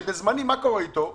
מה קורה עם דרכון זמני?